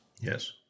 Yes